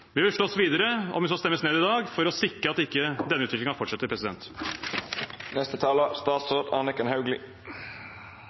Vi vil slåss videre, om vi stemmes ned i dag, for å sikre at denne utviklingen ikke fortsetter.